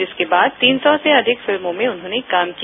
जिसके बाद तीन सौ से अधिक फिल्मों में उन्होंने काम किया